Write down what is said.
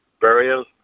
burial